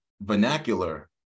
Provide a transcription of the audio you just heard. vernacular